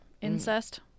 incest